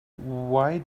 why